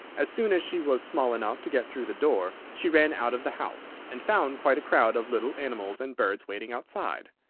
as soon as she was small enough to get through the door, she ran out of the house, and found quite a crowd of little animals and birds waiting outside.